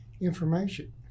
information